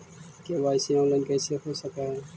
KYC online कैसे हो सक है?